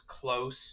close